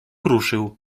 ruszył